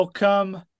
Welcome